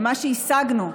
במה שהשגנו.